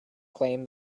claim